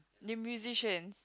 the musician